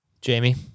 Jamie